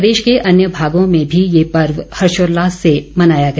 प्रदेश के अन्य भागों में भी ये पर्व हर्षोल्लास से मनाया गया